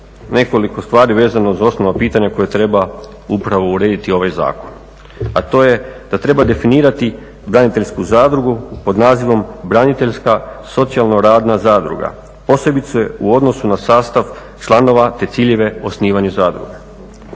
nekoliko stvari vezano uz osnovna pitanja koja treba upravo urediti ovaj zakon, a to je da treba definirati braniteljsku zadrugu pod nazivom braniteljska socijalno-radna zadruga posebice u odnosu na sastav članova, te ciljeve osnivanju zadruge.